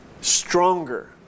stronger